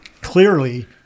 clearly